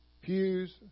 pews